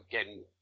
again